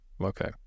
Okay